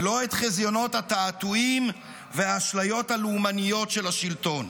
ולא את חזיונות התעתועים והאשליות הלאומניות של השלטון,